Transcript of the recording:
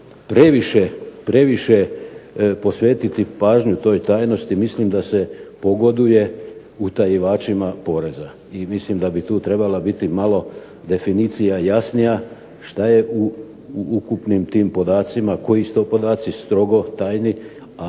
previše posvetiti pažnju toj tajnosti mislim da se pogoduje utajivačima poreza i mislim da bi tu trebala biti malo definicija jasna što je u ukupnim tim podacima, koji su to podaci strogo tajni, a